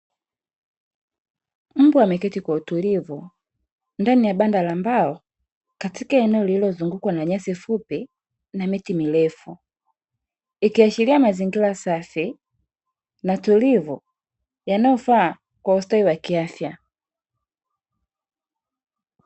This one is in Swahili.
Mbwa ameketi kwa utulivu ndani ya banda la mbao, katika eneo lililozungukwa na nyasi fupi na miti mirefu, ikiashiria mazingira safi na tulivu yanayofaa kwa ustawi wa kiafya.